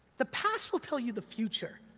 the past will tell you the future.